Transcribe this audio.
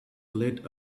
late